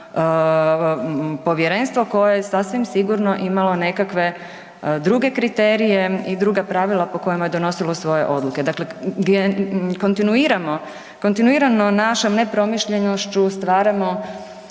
povjerenstvo koje je sasvim sigurno imalo nekakve druge kriterije i druga pravila po kojima je donosilo svoje odluke. Dakle, kontinuirano našom nepromišljenošću stvaramo